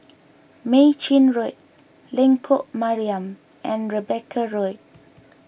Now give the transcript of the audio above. Mei Chin Road Lengkok Mariam and Rebecca Road